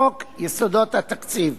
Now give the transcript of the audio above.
בחוק יסודות התקציב,